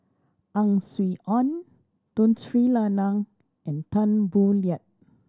Ang Swee Aun Tun Sri Lanang and Tan Boo Liat